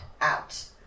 out